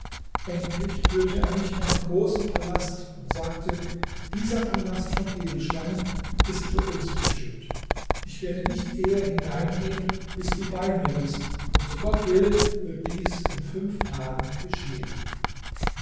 endlich führte er mich in einen großen palast und sagte dieser palast von edelsteinen ist für uns bestimmt ich werde nicht eher hineingehen bis du bei mir bist und so gott will wird dies in fünf tagen geschehen